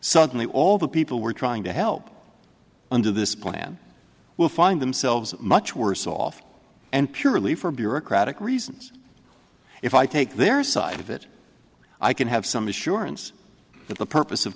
suddenly all the people we're trying to help under this plan will find themselves much worse off and purely for bureaucratic reasons if i take their side of it i can have some assurance that the purpose of